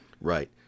Right